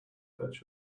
fetch